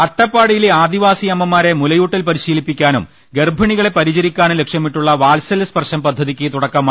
അട്ടപ്പാടിയിലെ ആദിവാസി അമ്മമാരെ മുലയൂട്ടൽ പരിശീലിപ്പിക്കാനും ഗർഭിണികളെ പരിചരിക്കാനും ലക്ഷ്യമിട്ടുള്ള വത്സല്യ സ്പർശം പദ്ധതിക്ക് തുടക്കമായി